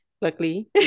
luckily